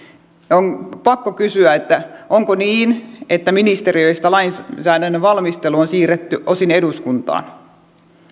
on pakko kysyä onko niin että ministeriöistä lainsäädännön valmistelu on siirretty osin eduskuntaan